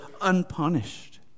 unpunished